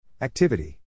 Activity